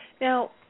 Now